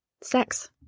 sex